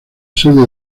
sede